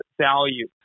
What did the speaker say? value